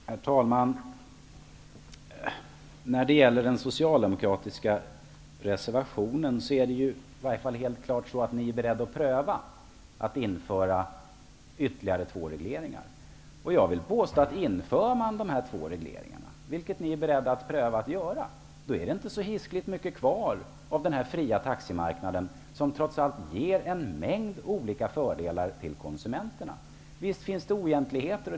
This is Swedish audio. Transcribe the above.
Herr talman! När det gäller den socialdemokratiska reservationen är Socialdemokraterna i alla fall helt klart beredda att pröva ett införande av ytterligare två regleringar. Om dessa regleringar införs är det inte så hiskeligt mycket kvar av den fria taximarknad som trots allt innebär en mängd fördelar för konsumenterna. Visst finns det oegentligheter.